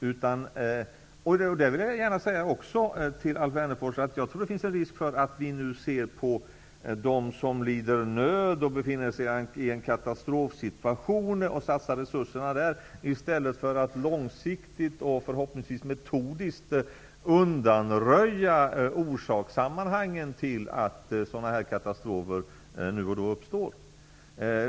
Jag vill gärna till Alf Wennerfors säga att jag tror att det finns en risk för att vi ser till dem som lider nöd och befinner sig i en katastrofsituation och satsar resurserna där i stället för att långsiktigt och förhoppningsvis metodiskt undanröja orsakssammanhangen till att sådana katastrofer nu och då uppstår.